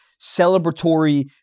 celebratory